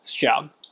scrub